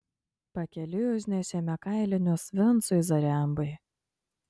pakeliui užnešėme kailinius vincui zarembai